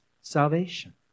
salvation